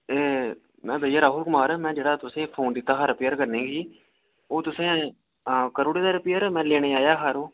एह् में भैया राहुल कुमार में जेह्ड़ा तुसेंई फोन दित्ता हा रपेयर करने गी ओह् तुसें आं करूड़े दा रपेयर मैं लैने ही आया हा यरो